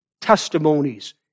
testimonies